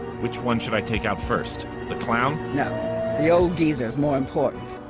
which one should i take out first the clown no the old geezer is more important